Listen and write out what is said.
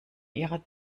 ihrer